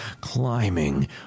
climbing